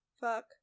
Fuck